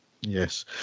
Yes